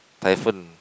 typhoon